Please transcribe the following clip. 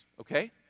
Okay